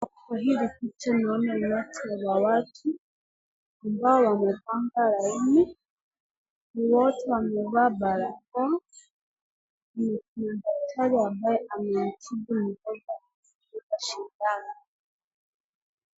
Kwa hii picha tunaona umati wa watu, ambao wamepanga laini, wote wamevaa barakoa, kuna daktari ambaye anatibu mjongwa anamdunga shindano.